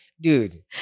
dude